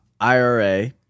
IRA